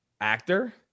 actor